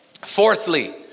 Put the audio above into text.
Fourthly